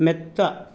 മെത്ത